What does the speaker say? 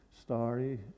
Starry